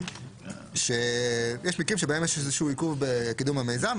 יש מקרים שבהם יש איזשהו עיכוב בקידום המיזם,